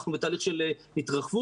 אנחנו בתהליך של התרחבות,